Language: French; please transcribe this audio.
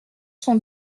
sont